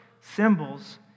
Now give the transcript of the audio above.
symbols